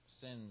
sins